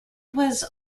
was